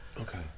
Okay